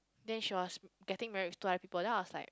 then she was getting marriage to other people then I was like